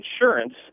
insurance